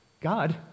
God